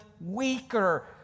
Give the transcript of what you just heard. weaker